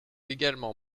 également